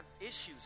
issues